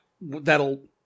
that'll